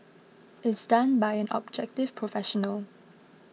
is done by an objective professional